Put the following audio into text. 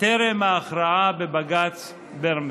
טרם ההכרעה בבג"ץ ברמר.